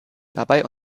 dabei